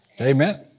Amen